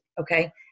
okay